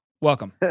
welcome